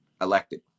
elected